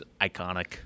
iconic